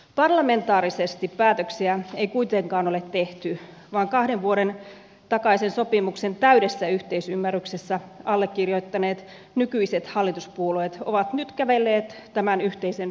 parlamentaarisesti päätöksiä ei kuitenkaan ole tehty vaan kahden vuoden takaisen sopimuksen täydessä yhteisymmärryksessä allekirjoittaneet nykyiset hallituspuolueet ovat nyt kävelleet tämän yhteisen päätöksen yli